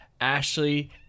ashley